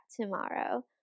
tomorrow